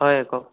হয় কওক